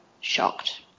shocked